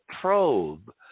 probe